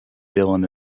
dylan